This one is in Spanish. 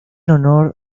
honor